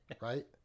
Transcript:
right